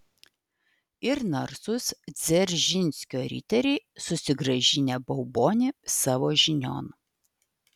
ir narsūs dzeržinskio riteriai susigrąžinę baubonį savo žinion